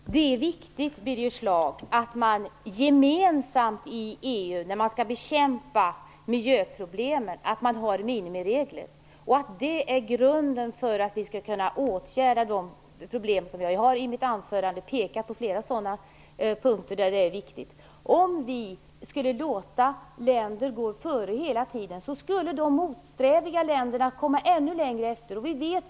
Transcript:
Herr talman! Det är viktigt, Birger Schlaug, att man gemensamt i EU, när miljöproblemen skall bekämpas, har minimiregler. Det är grunden för att vi skall kunna åtgärda de problem som finns. Jag har i mitt huvudanförande pekat på flera sådana viktiga punkter. Om vi hela tiden skulle låta länder gå före, skulle de motsträviga länderna komma ännu mera efter.